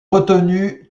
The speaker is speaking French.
retenu